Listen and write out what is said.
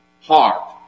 heart